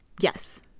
Yes